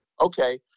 Okay